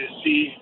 see